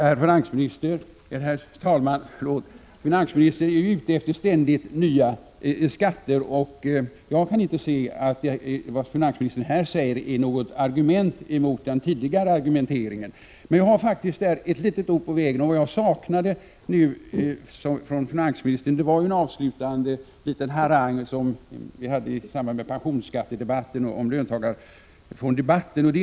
Herr talman! Finansministern är ute efter ständigt nya skatter, och jag kan inte se att vad finansministern här säger är något argument mot min tidigare argumentering. Men jag vill faktiskt ge finansministern ett litet ord på vägen. Vad jag saknade var en avslutande liten harang i stil med vad som förekom i samband med pensionsskattedebatten och löntagarfondsdebatten.